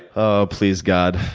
ah please, god.